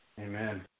Amen